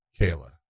Kayla